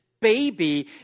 baby